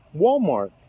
Walmart